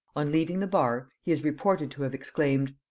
on leaving the bar, he is reported to have exclaimed,